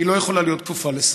היא לא יכולה להיות כפופה לשר.